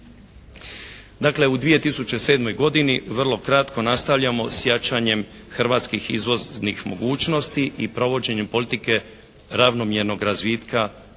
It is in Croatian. Dakle u 2007. godini vrlo kratko nastavljamo s jačanjem hrvatskih izvoznih mogućnosti i provođenjem politike ravnomjernog razvitka svih